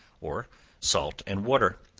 or salt and water.